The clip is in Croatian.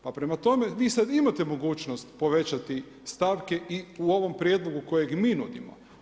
Pa prema tome, vi sad imate mogućnost povećati stavke i u ovom prijedlogu kojeg mi nudimo.